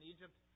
Egypt